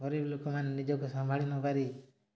ଗରିବ ଲୋକମାନେ ନିଜକୁ ସମ୍ଭାଳି ନ ପାରି